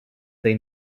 they